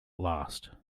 last